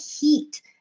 heat